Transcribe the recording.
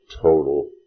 Total